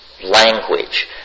Language